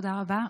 תודה רבה.